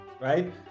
right